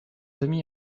demi